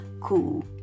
cool